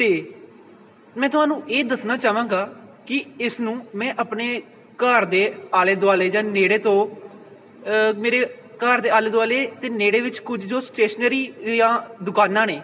ਅਤੇ ਮੈਂ ਤੁਹਾਨੂੰ ਇਹ ਦੱਸਣਾ ਚਾਹਵਾਂਗਾ ਕਿ ਇਸ ਨੂੰ ਮੈਂ ਆਪਣੇ ਘਰ ਦੇ ਆਲੇ ਦੁਆਲੇ ਜਾਂ ਨੇੜੇ ਤੋਂ ਮੇਰੇ ਘਰ ਦੇ ਆਲੇ ਦੁਆਲੇ ਅਤੇ ਨੇੜੇ ਵਿੱਚ ਕੁਝ ਜੋ ਸਟੇਸ਼ਨਰੀ ਦੀਆਂ ਦੁਕਾਨਾਂ ਨੇ